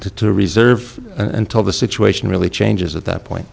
to reserve until the situation really changes at that point